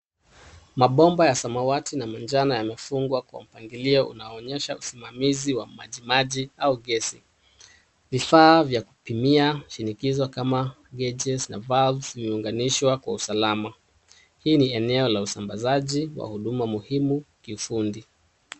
Mabomba ya samawati na manjano yamefungwa kwa mpangilio unaoonyesha usimamizi wa maji maji au gesi. Vifaa vya kupimia shinikizo kama gauges na valves vimeunganishwa kwa usalama. Hii ni eneo la usambazaji wa huduma muhimu kiufundi.